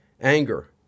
Anger